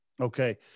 Okay